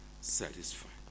satisfied